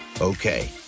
Okay